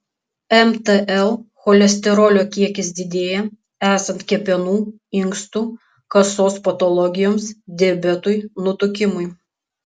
mtl cholesterolio kiekis didėja esant kepenų inkstų kasos patologijoms diabetui nutukimui